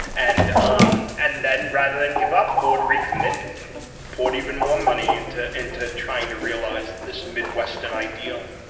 and um and then rather than give up, ford recommitted and poured even more money into into trying to realize this midwestern ideal